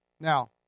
Now